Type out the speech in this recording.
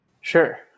Sure